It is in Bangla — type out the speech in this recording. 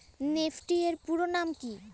নিফটি এর পুরোনাম কী?